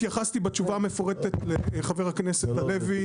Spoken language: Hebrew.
התייחסתי בתשובה המפורטת לחבר הכנסת הלוי,